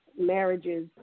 marriages